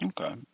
Okay